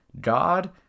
God